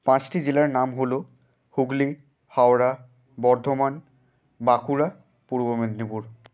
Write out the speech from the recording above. পাঁচটি জেলার নাম হলো হুগলি হাওড়া বর্ধমান বাঁকুড়া পূর্ব মেদিনীপুর